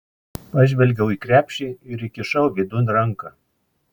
pažvelgiau į krepšį ir įkišau vidun ranką